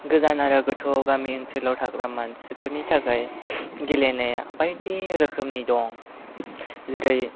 गोजान आरो गोथौ गामि ओनसोलाव थाग्रा मानसिफोरनि थाखाय गेलेनाया बायदि रोखोमनि दं जेरै